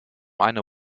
eine